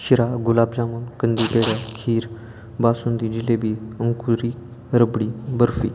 शिरा गुलाबजामून कंदी पेढा खीर बासुंदी जिलेबी अंगुरी रबडी बर्फी